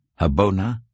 Habona